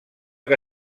que